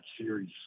series